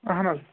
اَہَن حظ